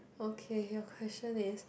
okay your question is